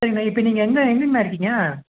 சரிங்கண்ணா இப்போ நீங்கள் எந்த எங்கேங்கண்ணா இருக்கீங்க